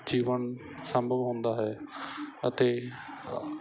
ਜੀਵਨ ਸੰਭਵ ਹੁੰਦਾ ਹੈ ਅਤੇ